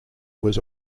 was